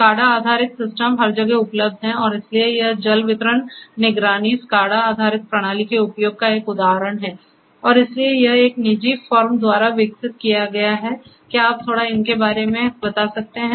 SCADA आधारित system हर जगह उपलब्ध हैं और इसलिए यह जल वितरण निगरानी SCADA आधारित प्रणाली के उपयोग का एक उदाहरण है और इसलिए यह एक निजी फार्म द्वारा विकसित किया गया है क्या आप थोड़ा इसके बारे में बता सकते हैं